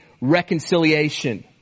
reconciliation